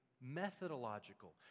methodological